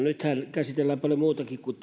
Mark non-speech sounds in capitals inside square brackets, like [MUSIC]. [UNINTELLIGIBLE] nythän käsitellään paljon muutakin kuin [UNINTELLIGIBLE]